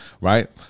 right